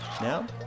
Now